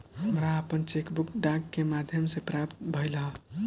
हमरा आपन cheque book डाक के माध्यम से प्राप्त भइल ह